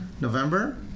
November